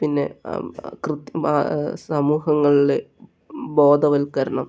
പിന്നെ കൃത്യ സമൂഹങ്ങളില് ബോധവൽക്കരണം